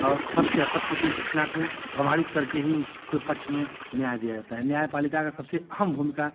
और सत्य असत्य की घटना को प्रमाणित करके ही उसके पक्ष में न्याय दिया जाता है न्याय पालिका का सबसे अहम भूमिका